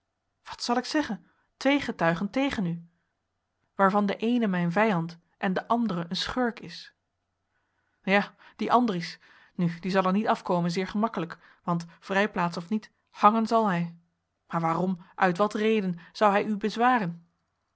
wat zal ik zeggen twee getuigen tegen u waarvan de eene mijn vijand en de andere een schurk is ja die andries nu die zal er niet afkomen zeer gemakkelijk want vrijplaats of niet hangen zal hij maar waarom uit wat reden zou hij u bezwaren